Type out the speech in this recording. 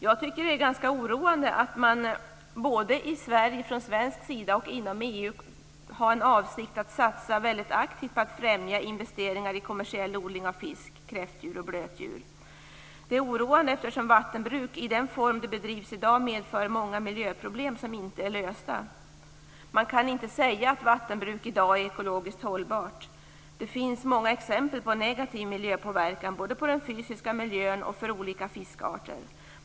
Jag tycker att det är ganska oroande att man både från svensk sida och inom EU har för avsikt att satsa mycket aktivt på att främja investeringar i kommersiell odling av fisk, kräftdjur och blötdjur. Det är oroande eftersom vattenbruk i den form som det bedrivs i dag medför många miljöproblem som inte är lösta. Man kan inte säga att vattenbruket i dag är ekologiskt hållbart. Det finns många exempel på negativ miljöpåverkan, både på den fysiska miljön och på olika fiskarter.